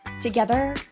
Together